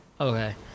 Okay